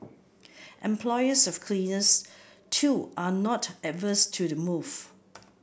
employers of cleaners too are not averse to the move